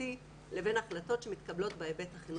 הבריאותי לבין החלטות שמתקבלות בהיבט החינוכי.